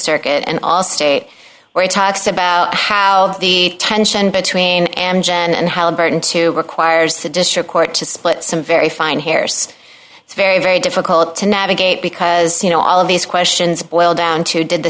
circuit and all state where he talks about how the tension between amgen and halliburton to requires the district court to split some very fine hairs it's very very difficult to navigate because you know all of these questions boil down to did the